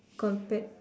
compared